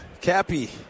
Cappy